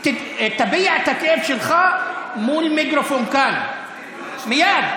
תביע את הכאב שלך מול מיקרופון כאן מייד,